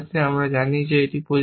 আমরা জানি যে এটি প্রযোজ্য